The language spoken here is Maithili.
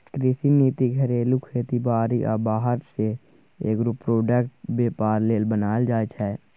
कृषि नीति घरेलू खेती बारी आ बाहर सँ एग्रो प्रोडक्टक बेपार लेल बनाएल जाइ छै